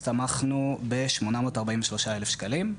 הסתמכנו ב-843 אלף שקלים,